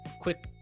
quick